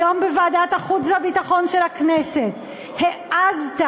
היום בוועדת החוץ והביטחון של הכנסת העזת,